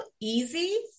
Easy